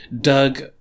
Doug